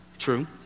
True